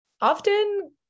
often